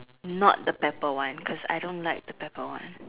not the pepper one cause I don't like the pepper one